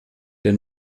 der